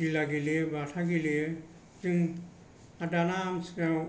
गिला गेलेयो बाथा गेलेयो आरो दाना आमथिसुवायाव